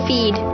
Feed